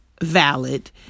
valid